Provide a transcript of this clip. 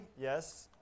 yes